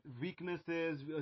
weaknesses